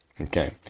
Okay